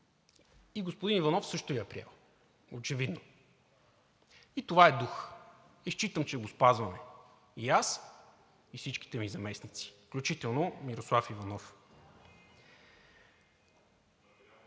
И господин Иванов също я прие очевидно. И това е дух! И считам, че го спазваме – и аз, и всичките ми заместници, включително Мирослав Иванов.